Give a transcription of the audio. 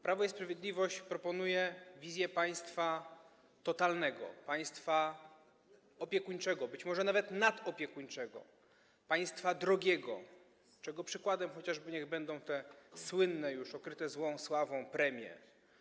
Prawo i Sprawiedliwość proponuje wizję państwa totalnego, państwa opiekuńczego, być może nawet nadopiekuńczego, państwa drogiego, czego przykładem niech będą chociażby te słynne już, okryte złą sławą premie.